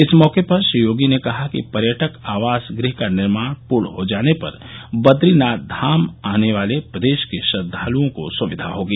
इस मौके पर श्री योगी ने कहा कि पर्यटक आवास गृह का निर्माण पूर्ण हो जाने पर बद्रीनाथ धाम आने वाले प्रदेश के श्रद्धालुओं को सुविधा होगी